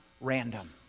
random